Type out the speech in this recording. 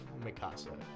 Mikasa